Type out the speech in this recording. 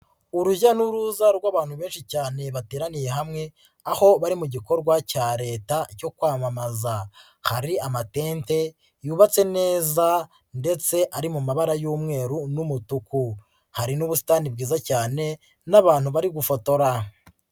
Urujya n'uruza rw'abantu benshi cyane bateraniye hamwe aho bari mu gikorwa cya Leta cyo kwamamaza, hari amatente yubatse neza ndetse ari mu mabara y'umweru n'umutuku, hari n'ubusitani bwiza cyane n'abantu bari gufotora.